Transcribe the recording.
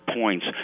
points